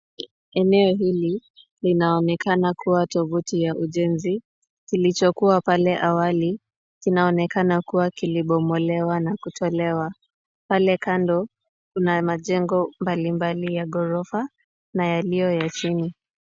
Eneo hili linaonekana kuwa tuvuti ya ujenzi. Kilichokuwa pale awali, kinaonekana kuwa kilibomolewa na kutolewa. Pale kando kuna majengo mbalimbali ya ghorofa na yaliyo ya chini.